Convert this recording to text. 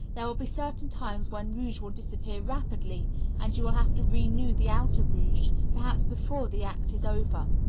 there will be certain times when rouge will disappear rapidly and you will have to renew the outer rouge, perhaps before the act is over.